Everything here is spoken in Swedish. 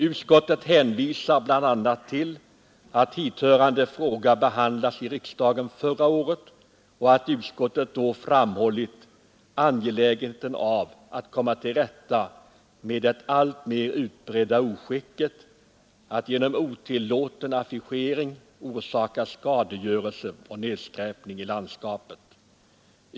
Utskottet hänvisar bl.a. till att hithörande fråga behandlats i riksdagen förra året och att utskottet då framhållit angelägenheten av att komma till rätta med det alltmer utbredda oskicket att genom otillåten affischering orsaka skadegörelse och nedskräpning i landskapet.